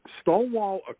Stonewall